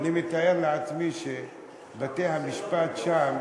אני מתאר לעצמי שבתי-המשפט שם